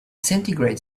centigrade